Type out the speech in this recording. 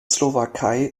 slowakei